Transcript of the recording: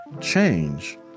change